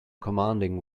commanding